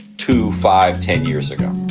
to five, ten years ago.